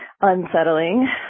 unsettling